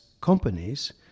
companies